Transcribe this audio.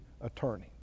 attorney